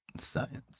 science